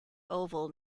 oval